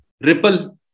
ripple